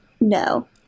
No